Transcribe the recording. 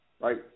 right